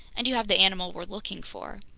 and you have the animal we're looking for.